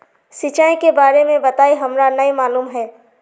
सिंचाई के बारे में बताई हमरा नय मालूम है?